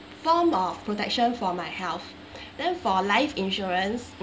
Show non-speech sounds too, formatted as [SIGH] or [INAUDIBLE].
form of protection for my health [BREATH] then for life insurance